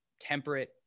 temperate